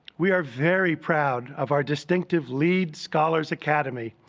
we are very proud of our distinctive lead scholars academy,